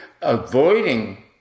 avoiding